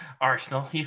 Arsenal